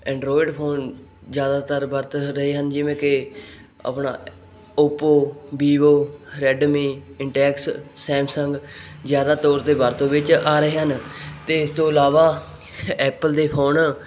Android phone ਜ਼ਿਆਦਾਤਰ ਵਰਤ ਰਹੇ ਹਨ ਜਿਵੇਂ ਕਿ ਆਪਣਾ Oppo Vivo Redmi Intex Samsung ਜ਼ਿਆਦਾ ਤੌਰ 'ਤੇ ਵਰਤੋਂ ਵਿੱਚ ਆ ਰਹੇ ਹਨ ਅਤੇ ਇਸ ਤੋਂ ਇਲਾਵਾ ਐਪਲ ਦੇ ਫੋਨ